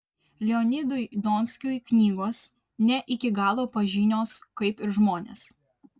leonidui donskiui knygos ne iki galo pažinios kaip ir žmonės